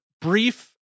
brief